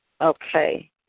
Okay